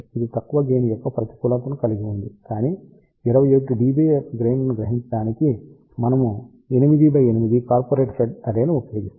ఇది తక్కువ గెయిన్ యొక్క ప్రతికూలతను కలిగి ఉంది కాని 21 dBi యొక్క గెయిన్ లను గ్రహించడానికి మనము 8 x 8 కార్పొరేట్ ఫెడ్ అర్రే ని ఉపయోగిస్తాము